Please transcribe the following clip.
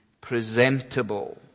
presentable